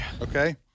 Okay